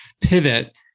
pivot